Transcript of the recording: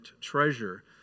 treasure